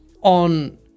on